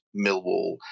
Millwall